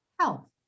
health